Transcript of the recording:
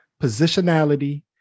positionality